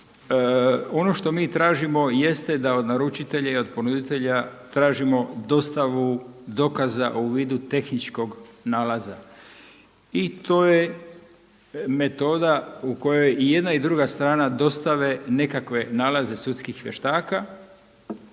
Ono što mi tražimo jeste da od naručitelja i od ponuditelja tražimo dostavu dokaza u vidu tehničkog nalaza i to je metoda u kojoj i jedna i druga strana dostave nekakve nalaze sudskih vještaka